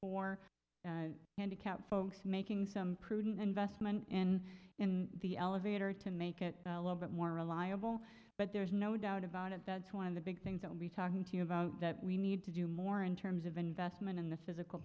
handicapped folks making some prudent investment in the elevator to make it a little bit more reliable but there's no doubt about it that's one of the big things that we're talking to you about that we need to do more in terms of investment in the physical